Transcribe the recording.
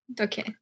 Okay